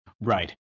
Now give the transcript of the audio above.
Right